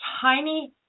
tiny